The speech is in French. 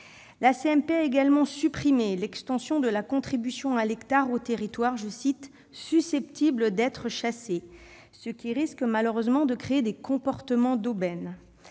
a également supprimé l'extension de la contribution à l'hectare aux territoires « susceptibles d'être chassés », ce qui risque, malheureusement, de créer des comportements d'aubaine.